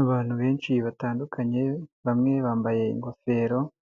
Abantu benshi batandukanye bamwe bambaye ingofero, ndi